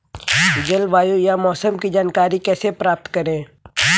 जलवायु या मौसम की जानकारी कैसे प्राप्त करें?